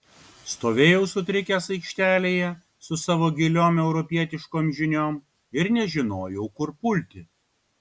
stovėjau sutrikęs aikštelėje su savo giliom europietiškom žiniom ir nežinojau kur pulti